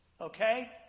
Okay